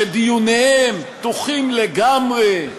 שדיוניהן פתוחים לגמרי,